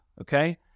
okay